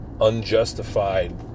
unjustified